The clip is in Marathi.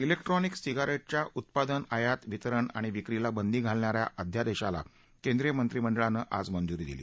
इलेक्ट्रॉनिक सिगारेटच्या उत्पादन आयात वितरण आणि विक्रीला बंदी घालणाऱ्या अध्यादेशाला केंद्रीय मंत्रिमंडळानं आज मंजूरी दिली